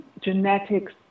genetics